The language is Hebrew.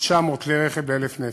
900 כלי רכב ל-1,000 נפש.